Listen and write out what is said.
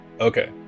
okay